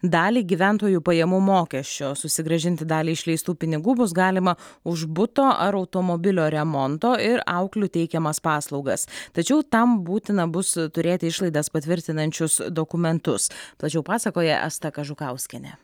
dalį gyventojų pajamų mokesčio susigrąžinti dalį išleistų pinigų bus galima už buto ar automobilio remonto ir auklių teikiamas paslaugas tačiau tam būtina bus turėti išlaidas patvirtinančius dokumentus plačiau pasakoja asta kažukauskienė